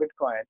bitcoin